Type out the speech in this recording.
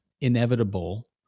inevitable